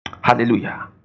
Hallelujah